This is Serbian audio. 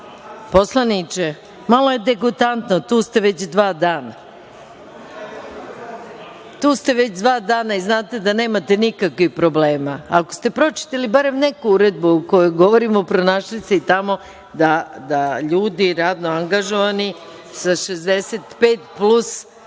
Poslaniče, malo je degutantno, tu ste već dva dana i znate da nemate nikakvih problema. Ako ste pročitali barem neku uredbu o kojoj govorimo, pronašli ste i tamo da ljudi radno angažovani sa 65 plus